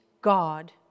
God